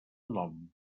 nom